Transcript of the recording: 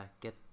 get